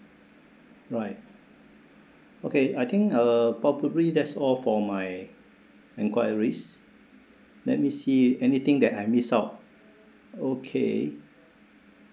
right okay I think uh probably that's all for my enquiries let me see anything that I miss out okay